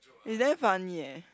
you damn funny eh